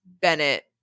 Bennett